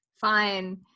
fine